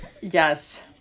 Yes